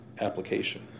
application